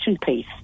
piece